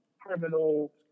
criminal